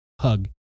hug